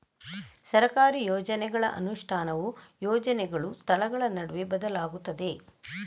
ಸರ್ಕಾರಿ ಯೋಜನೆಗಳ ಅನುಷ್ಠಾನವು ಯೋಜನೆಗಳು, ಸ್ಥಳಗಳ ನಡುವೆ ಬದಲಾಗುತ್ತದೆ